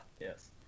Yes